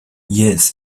yet